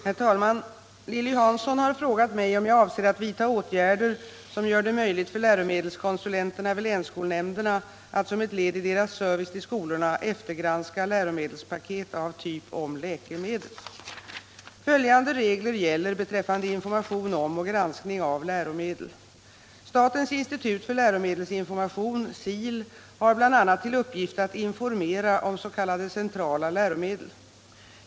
Herr talman! Lilly Hansson har frågat mig om jag avser att vidta åtgärder som gör det möjligt för läromedelskonsulenterna vid länsskolnämnderna att som ett led i deras service till skolorna eftergranska läromedelspaket av typ Om läkemedel. Följande regler gäller beträffande information om och granskning av läromedel. Statens institut för läromedelsinformation har bl.a. till uppgift att informera om s.k. centrala läromedel.